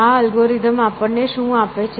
આ અલ્ગોરિધમ આપણને શું આપે છે